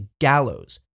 gallows